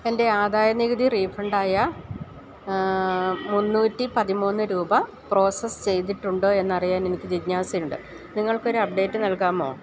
എൻ്റെ ആദായനികുതി റീഫണ്ടായ മുന്നൂറ്റി പതിമൂന്ന് രൂപ പ്രോസസ്സ് ചെയ്തിട്ടുണ്ടോ എന്നറിയാൻ എനിക്ക് ജിജ്ഞാസയുണ്ട് നിങ്ങൾക്കൊരു അപ്ഡേറ്റ് നൽകാമോ